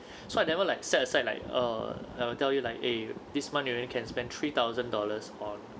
so I never like set aside like err I'll tell you like eh this month you only can spend three thousand dollars on